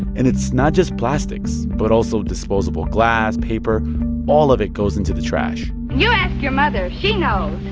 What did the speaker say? and it's not just plastics, but also disposable glass, paper all of it goes into the trash you ask your mother she knows.